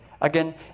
Again